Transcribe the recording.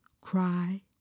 Cry